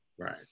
Right